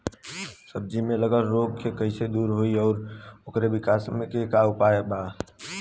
सब्जी में लगल रोग के कइसे दूर होयी और ओकरे विकास के उपाय का बा?